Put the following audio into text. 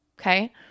okay